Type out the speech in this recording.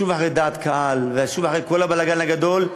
שוב אחרי דעת קהל ושוב אחרי כל הבלגן הגדול,